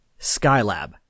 Skylab